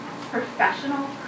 professional